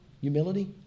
humility